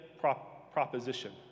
proposition